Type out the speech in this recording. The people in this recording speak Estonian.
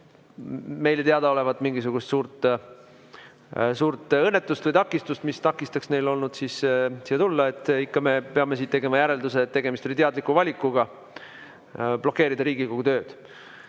meile teadaolevalt mingisugust suurt õnnetust või takistust, mis oleks takistanud neil siia tulla. Me peame tegema järelduse, et tegemist oli teadliku valikuga blokeerida Riigikogu tööd.